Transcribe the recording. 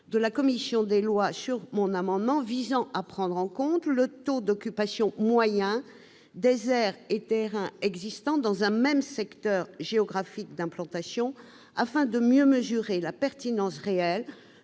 par la commission des lois de mon amendement visant à prendre en compte le taux d'occupation moyen des aires et terrains existants dans un même secteur géographique d'implantation pour mieux apprécier la pertinence de la